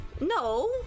No